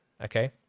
okay